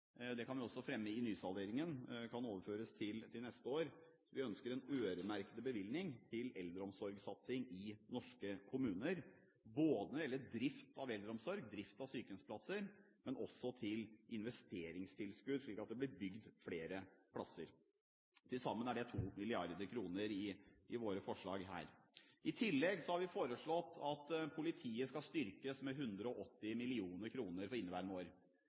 Vi fremmer også forslag i forbindelse med nysalderingen om at det kan overføres til neste år. Vi ønsker en øremerket bevilgning til eldreomsorgsatsing i norske kommuner både når det gjelder drift av eldreomsorg, drift av sykehjemsplasser og investeringstilskudd, slik at det blir bygd flere plasser. Til sammen er det 2 mrd. kr i våre forslag her. I tillegg har vi foreslått at politiet skal styrkes med 180 mill. kr for inneværende år.